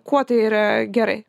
kuo tai yra gerai